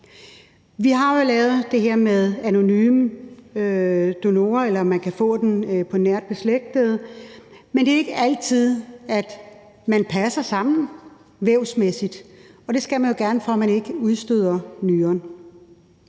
Vi har jo lavet det her med anonyme donorer, eller at man kan få den fra nært beslægtede, men det er ikke altid, at man passer sammen vævsmæssigt, og det skal man jo gerne, for at man ikke udstøder nyren.